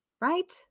right